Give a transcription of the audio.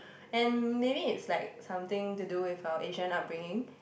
and maybe it's like something to do with our Asian upbringing